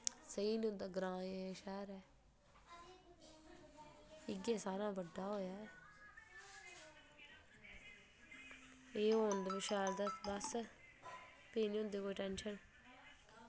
सेही निं होंदा ग्रांऽ ऐ जां शैह्र इयै सारें हां बड्डा ओह् ऐ एह् होन तां शैल बस फ्ही निं होंदी कोई टेंशन